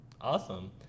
awesome